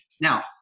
Now